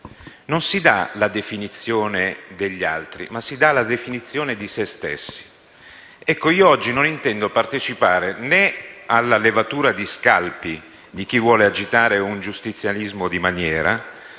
non si dà la definizione degli altri, ma di se stessi. Io oggi non intendo partecipare né alla levatura di scalpi di chi vuole agitare un giustizialismo di maniera,